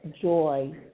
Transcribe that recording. joy